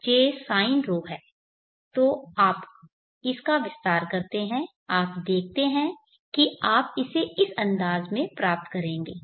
तो आप इसका विस्तार करते हैं आप देखेंगे कि आप इसे इस अंदाज में प्राप्त करेंगे